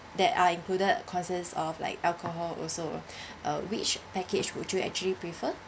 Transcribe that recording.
that are included consist of like alcohol also uh which package would you actually prefer